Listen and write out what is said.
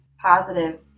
positive